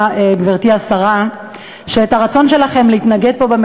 שלדעתי, משפטים אחרונים בבקשה.